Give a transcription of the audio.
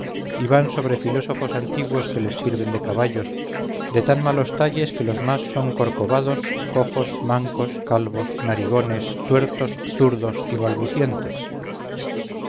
van sobre filósofos antiguos que les sirven de caballos de tan malos talles que los más son corcovados cojos mancos calvos narigones tuertos zurdos y balbucientes